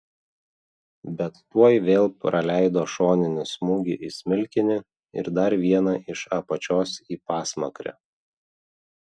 bet tuoj vėl praleido šoninį smūgį į smilkinį ir dar vieną iš apačios į pasmakrę